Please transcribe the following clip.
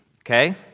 okay